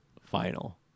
final